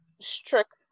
strict